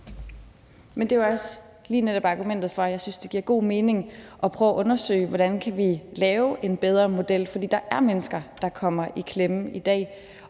netop argumentet for, at jeg synes, det giver god mening at prøve at undersøge, hvordan vi kan lave en bedre model. For der er mennesker, der kommer i klemme i dag.